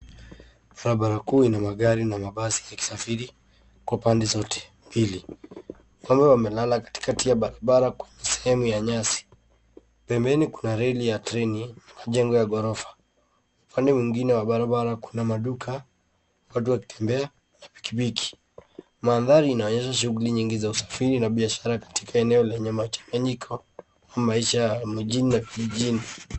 Barabara kuu yenye magari na mabasi yakisafiri kwa pande zote mbili. Ng'ombe wamelala katikati ya barabara kwenye sehemu ya nyasi. Pembeni kuna reli ya treni na majengo ya ghorofa. Upande mwingine wa barabara kuna maduka, watu wakitembea na pikipiki. Mandhari inaonyesha shughuli nyingi za usafiri na biashara katika eneo lenye machanganyiko au maisha ya mjini na vijijini.